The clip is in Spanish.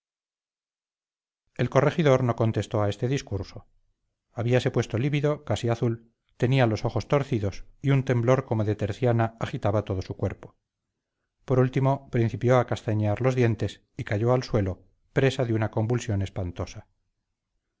el corregidor no contestó a este discurso habíase puesto lívido casi azul tenía los ojos torcidos y un temblor como de terciana agitaba todo su cuerpo por último principió a castañetear los dientes y cayó al suelo presa de una convulsión espantosa